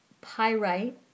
pyrite